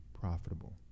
profitable